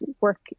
work